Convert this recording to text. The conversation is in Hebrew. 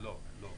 לא.